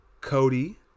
Cody